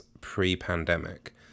pre-pandemic